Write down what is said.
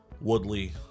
Woodley